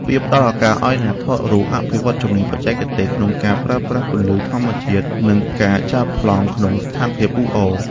វាផ្ដល់ឱកាសឱ្យអ្នកថតរូបអភិវឌ្ឍជំនាញបច្ចេកទេស ក្នុងការប្រើប្រាស់ពន្លឺធម្មជាតិ និងការចាប់ប្លង់ក្នុងស្ថានភាពអ៊ូអរ។